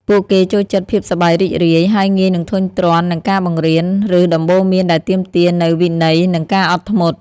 ពួកគេចូលចិត្តភាពសប្បាយរីករាយ ហើយងាយនឹងធុញទ្រាន់នឹងការបង្រៀន ឬដំបូន្មានដែលទាមទារនូវវិន័យ និងការអត់ធ្មត់។